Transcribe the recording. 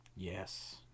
Yes